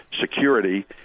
security